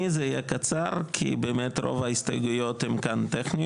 אני זה יהיה קצר כי באמת רוב ההסתייגויות הן כן טכניות,